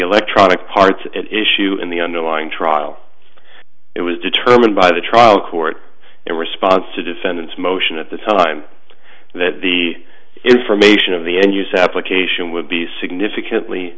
electronic parts at issue in the underlying trial it was determined by the trial court in response to defendant's motion at the time that the information of the end use application would be significantly